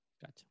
Gotcha